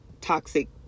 toxic